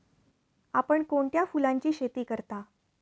आपण कोणत्या फुलांची शेती करता?